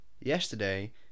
yesterday